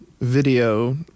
video